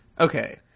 Okay